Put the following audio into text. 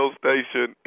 station